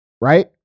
Right